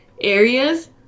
areas